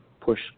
push